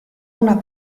una